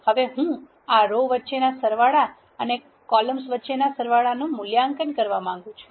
હવે હું આ રો વચ્ચેના સરવાળા અને કોલમ્સ વચ્ચેના સરવાળાનું મૂલ્યાંકન કરવા માંગું છું